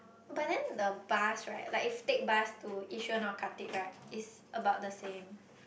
but then the bus right like if take bus to Yishun or Khatib right is about the same